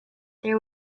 there